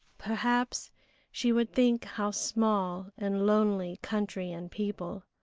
perhaps she would think how small and lonely country and people.